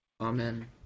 Amen